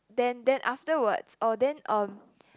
then then afterwards oh then um